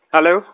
Hello